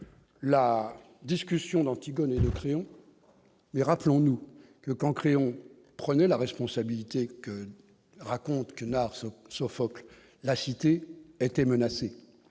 la discussion d'Antigone, nous prions et rappelons-nous que quand Créon prenait la responsabilité que raconte que Nahr ce Sophocle la cité était menacée,